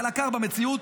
אבל עקר לביצוע במציאות.